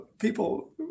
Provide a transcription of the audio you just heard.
people